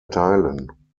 teilen